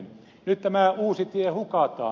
nyt tämä uusi tie hukataan